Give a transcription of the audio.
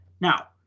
Now